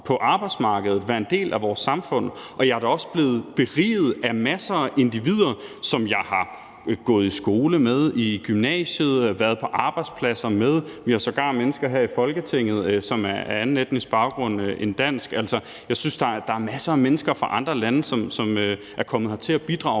på arbejdsmarkedet, være en del af vores samfund. Jeg er da også blevet beriget af masser af individer, som jeg har gået i skole med, i gymnasiet med, været på arbejdspladser med. Vi har sågar mennesker her i Folketinget, som er af anden etnisk baggrund end dansk. Jeg synes, der er masser af mennesker fra andre lande, som er kommet hertil og bidrager